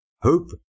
Hope